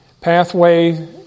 pathway